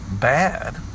bad